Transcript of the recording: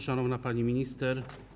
Szanowna Pani Minister!